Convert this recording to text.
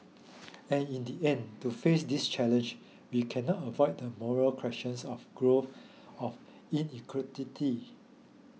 and in the end to face this challenge we cannot avoid the moral questions of growth of inequality